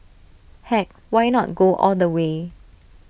heck why not go all the way